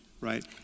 Right